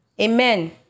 Amen